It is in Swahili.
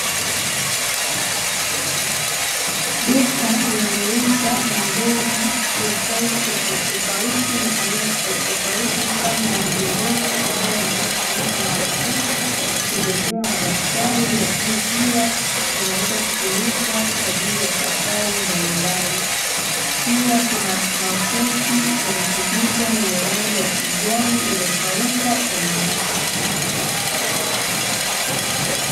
Duka linalouza mabegi ya saizi tofautitofauti na aina tofautitofauti kama ya mgongoni, ambayo yanaweza kutumika na wanafunzi kubebea madaftari, lakini pia yanaweza kutumika kwa ajili ya safari mbalimbali. Pia kuna makoti yametundiwa yenye rangi ya kijani iliyopauka yanauzwa.